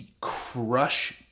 crush